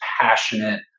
passionate